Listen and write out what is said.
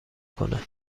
کنه